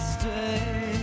stay